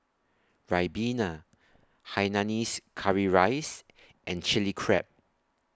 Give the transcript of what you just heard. Ribena Hainanese Curry Rice and Chilli Crab